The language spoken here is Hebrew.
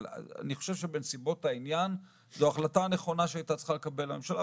אבל אני חושב שבנסיבות העניין זו החלטה נכונה שהייתה צריכה לקבל הממשלה.